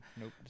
Nope